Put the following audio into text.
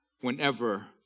whenever